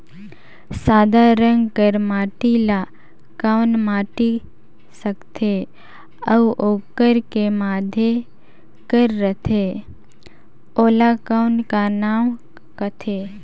सादा रंग कर माटी ला कौन माटी सकथे अउ ओकर के माधे कर रथे ओला कौन का नाव काथे?